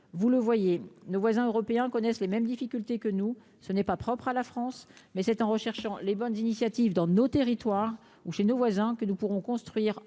vous le voyez, nos voisins européens connaissent les mêmes difficultés que nous, ce n'est pas propre à la France, mais c'est en recherchant les bonnes initiatives dans nos territoires ou chez nos voisins que nous pourrons construire ensemble